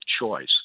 choice